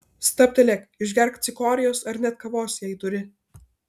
stabtelėk išgerk cikorijos ar net kavos jei turi